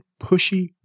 pushy